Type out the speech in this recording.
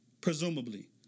presumably